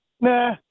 nah